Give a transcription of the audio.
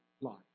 life